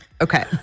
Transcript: Okay